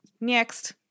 Next